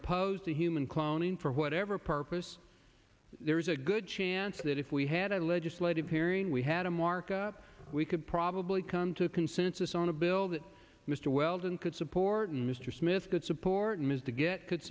opposed to human cloning for whatever purpose there's a good chance that if we had a legislative hearing we had a markup we could probably come to a consensus on a bill that mr weldon could support and mr smith could support ms to get good